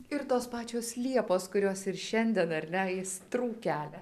ir tos pačios liepos kurios ir šiandien ar ne aistrų kelia